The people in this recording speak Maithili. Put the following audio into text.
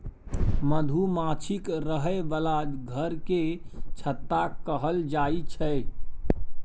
मधुमाछीक रहय बला घर केँ छत्ता कहल जाई छै